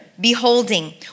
beholding